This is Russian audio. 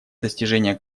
достижения